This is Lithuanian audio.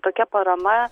tokia parama